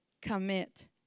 commit